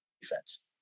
defense